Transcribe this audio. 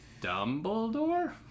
Dumbledore